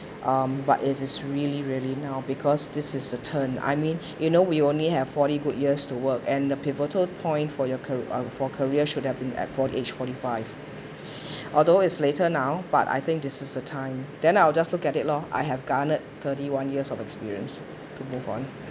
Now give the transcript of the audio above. um but it is really really now because this is the term I mean you know we only have forty good years to work and the pivotal point for your ca~ uh for career should have been at forty age forty five although it's later now but I think this is a time then I will just look at it lor I have garnered thirty one years of experience to move on